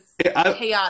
chaotic